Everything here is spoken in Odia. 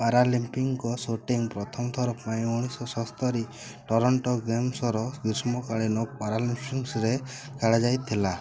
ପାରାଲିମ୍ପିକ ସୁଟିଂ ପ୍ରଥମ ଥର ପାଇଁ ଉଣେଇଶ ଶହ ସତସ୍ତରୀ ଟୋରୋଣ୍ଟୋ ଗେମ୍ସର ଗ୍ରୀଷ୍ମକାଳୀନ ପାରାଲିମ୍ପିକ୍ସରେ ଖେଳାଯାଇଥିଲା